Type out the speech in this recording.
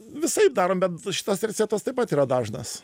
visaip darom bet šitas receptas taip pat yra dažnas